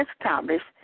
established